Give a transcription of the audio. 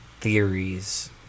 theories